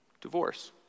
Divorce